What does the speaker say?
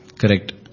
Correct